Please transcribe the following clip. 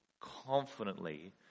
confidently